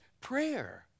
prayer